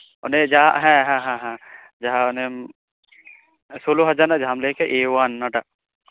ᱚᱱᱮ ᱡᱟᱸᱦᱟ ᱦᱮᱸ ᱦᱮᱸ ᱚᱱᱮᱢ ᱥᱳᱞᱳ ᱦᱟᱡᱟᱨ ᱨᱮᱱᱟᱜ ᱡᱟᱸᱦᱟᱢ ᱞᱟᱹᱭ ᱠᱮᱜ ᱮ ᱳᱭᱟᱱ ᱚᱱᱟ ᱴᱟᱜ